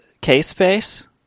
K-Space